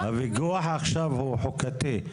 הוויכוח עכשיו הוא חוקתי.